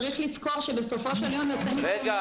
צריך לזכור שבסופו של יום יוצא מפה כפי שהוא.